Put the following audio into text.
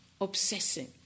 Obsessing